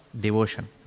devotion